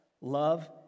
love